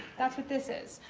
that's what this is.